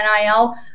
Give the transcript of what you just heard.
NIL